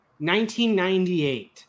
1998